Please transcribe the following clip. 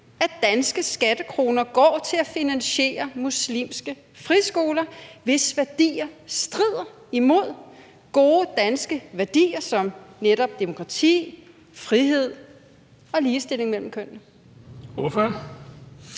at danske skattekroner går til at finansiere muslimske friskoler, hvis værdier strider imod gode danske værdier som netop demokrati, frihed og ligestilling mellem kønnene?